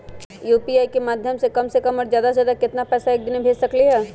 UPI के माध्यम से हम कम से कम और ज्यादा से ज्यादा केतना पैसा एक दिन में भेज सकलियै ह?